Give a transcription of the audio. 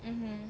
mmhmm